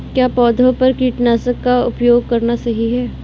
क्या पौधों पर कीटनाशक का उपयोग करना सही है?